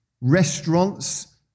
restaurants